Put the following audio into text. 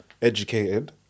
Educated